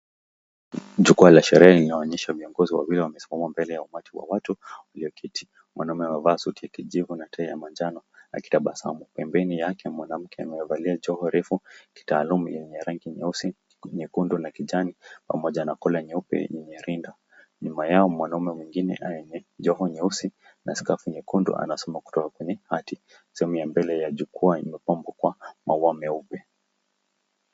Jukwaa la sherehe linaonyesha miongoni wawili wamesimama mbele ya umati wa watu walioketi. Mwanaume avaa suti ya kijivu na tai ya manjano akitabasamu. Pembeni yake mwanamke amevalia joho refu kitaalamu yenye rangi nyeusi, nyekundu na kijani pamoja na kola nyeupe yenye rinda. Nyuma yao mwanaume mwingine mwenye joho nyeusi na skafu nyekundu anasoma kutoka kwenye hati. Sehemu ya mbele ya jukwaa imepambwa kwa maua meupe.